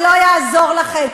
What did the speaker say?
זה לא יעזור לכם,